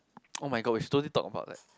oh my god we should totally talk about that